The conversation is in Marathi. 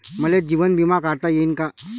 मले जीवन बिमा काढता येईन का?